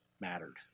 mattered